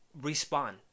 respawn